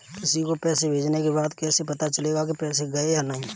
किसी को पैसे भेजने के बाद कैसे पता चलेगा कि पैसे गए या नहीं?